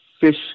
fish